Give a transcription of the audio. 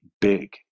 big